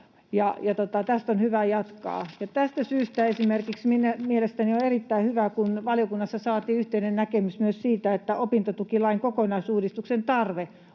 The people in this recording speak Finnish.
tästä on hyvä jatkaa. Esimerkiksi tästä syystä mielestäni on erittäin hyvä, kun valiokunnassa saatiin yhteinen näkemys myös siitä, että opintotukilain kokonaisuudistuksen tarve